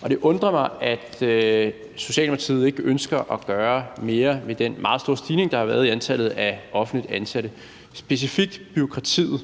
Og det undrer mig, at Socialdemokratiet ikke ønsker at gøre mere ved den meget store stigning, der har været i antallet af offentligt ansatte, specifikt i forhold til bureaukratiet.